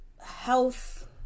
health